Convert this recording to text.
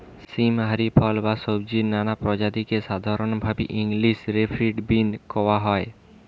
সীম হারি ফল বা সব্জির নানা প্রজাতিকে সাধরণভাবি ইংলিশ রে ফিল্ড বীন কওয়া হয়